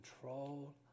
control